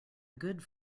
good